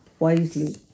wisely